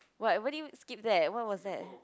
what why did you skip that what was that